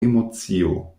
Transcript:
emocio